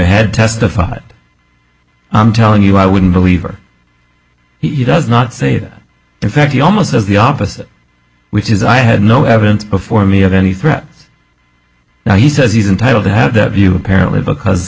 had testified i'm telling you i wouldn't believe or he does not say that in fact he almost says the opposite which is i had no evidence before me of any threat now he says he's entitled to have that view apparently because